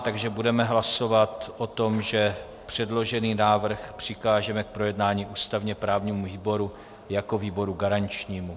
Takže budeme hlasovat o tom, že předložený návrh přikážeme k projednání ústavněprávnímu výboru jako výboru garančnímu.